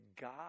God